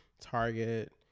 Target